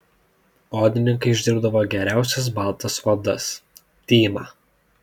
odininkai išdirbdavo geriausias baltas odas tymą